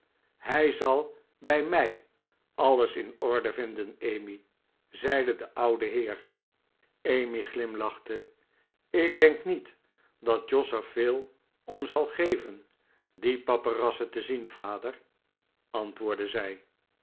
hij zal bij mij alles in orde bevinden emmy zeide de oude heer emmy glimlachte ik denk niet dat jos er veel om zal geven die paperassen te zien vader antwoordde zij